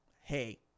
hey